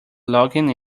logging